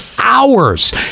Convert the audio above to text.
hours